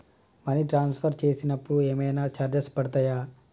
Money transfer చేసినప్పుడు ఏమైనా charges పడతయా?